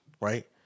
right